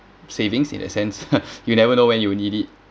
savings in that sense you never know when you need it